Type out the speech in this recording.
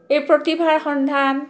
এই প্ৰতিভাৰ সন্ধান